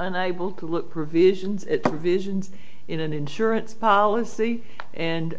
unable to look provisions visions in an insurance policy and